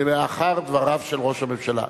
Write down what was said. לאחר דבריו של ראש הממשלה.